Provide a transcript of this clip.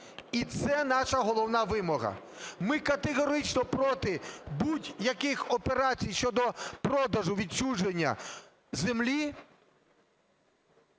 І це наша головна вимога. Ми категорично проти будь-яких операцій щодо продажу, відчуження землі